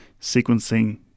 sequencing